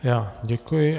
Já děkuji.